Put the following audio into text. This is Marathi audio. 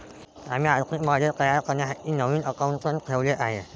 आम्ही आर्थिक मॉडेल तयार करण्यासाठी नवीन अकाउंटंट ठेवले आहे